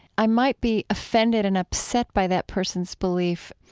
i might be offended and upset by that person's belief,